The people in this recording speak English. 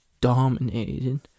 dominated